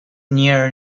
near